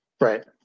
right